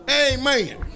Amen